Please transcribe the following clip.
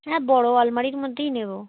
হ্যাঁ বড় আলমারির মধ্যেই নেব